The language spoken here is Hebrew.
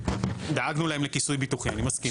דאגנו להם לכיסוי ביטוחי, אני מסכים.